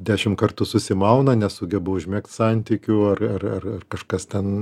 dešim kartų susimauna nesugeba užmegzt santykių ar ar ar kažkas ten